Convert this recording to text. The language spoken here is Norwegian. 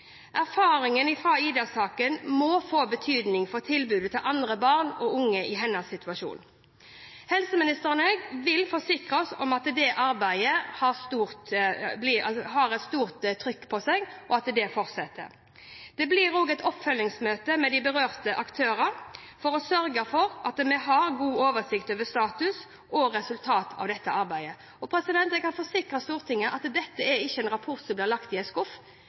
må få betydning for tilbudet til andre barn og unge i hennes situasjon. Helse- og omsorgsministeren og jeg vil forsikre oss om at dette arbeidet har stort trykk, og at det fortsetter. Det blir også et oppfølgingsmøte med de berørte aktørene for å sørge for at vi har god oversikt over status og resultater av dette arbeidet. Jeg kan forsikre Stortinget om at dette ikke er en rapport som blir lagt i en skuff